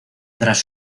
tras